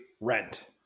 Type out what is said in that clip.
Rent